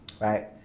right